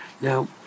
Now